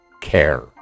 care